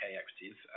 equities